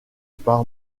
par